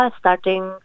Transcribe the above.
starting